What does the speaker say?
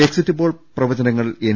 exit poll പ്രവചനങ്ങൾ N